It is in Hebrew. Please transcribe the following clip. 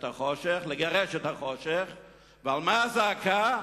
החושך, ועל מה הזעקה?